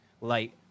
light